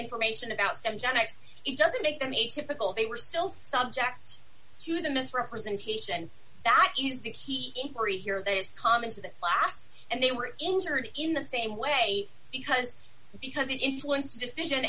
information about gen x it doesn't make them atypical they were still subject to the misrepresentation that is the key inquiry here that is common to the class and they were injured in the same way because because the influence decision